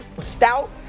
stout